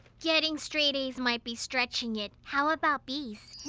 getting straight a's might be stretching it! how about b's?